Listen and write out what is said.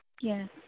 Yes